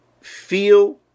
feel